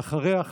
ואחריה,